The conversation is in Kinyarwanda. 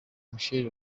michael